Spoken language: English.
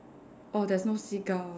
orh there is no seagull